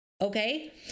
Okay